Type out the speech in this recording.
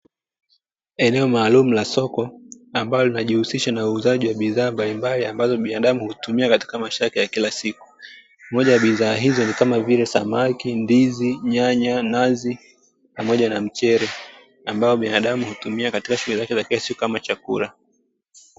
Eneo maalumu la soko, ambalo linajihusisha na uuzaji wa bidhaa mbalimbali ambazo binadamu hutumia katika maisha yake ya kila siku. Moja ya bidhaa hizo ni kama vile: samaki, ndizi, nyanya, nazi pamoja na mchele; ambao binadamu hutumia katika shughuli zake za kila siku, kama vile chakula.